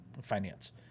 finance